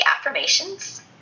affirmations